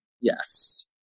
Yes